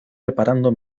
reparando